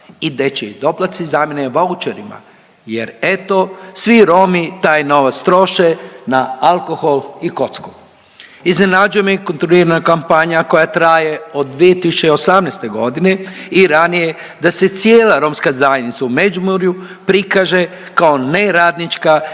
i dečji doplatci zamjene vaučerima jer eto, svi Romi taj novac troše na alkohol i kocku. Iznenađuje me kontinuirana kampanja koja traje od 2018. g. i ranije da se cijela romska zajednica u Međimurju prikaže kao neradnička